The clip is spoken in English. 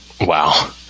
Wow